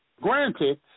granted